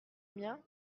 mien